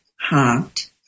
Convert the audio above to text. heart